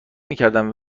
میکردن